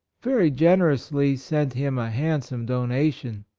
very generously sent him a handsome donation.